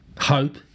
hope